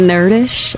Nerdish